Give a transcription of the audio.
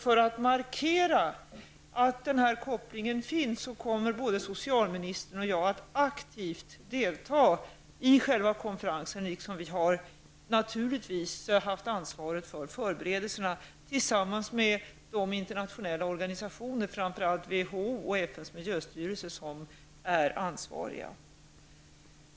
För att markera att denna koppling finns kommer både socialministern och jag att aktivt delta i själva konferensen och vi har naturligtvis haft ansvaret för förberedelserna tillsammans med de internationella organisationer, framför allt WHO och FNs miljöstyrelse, som är ansvariga.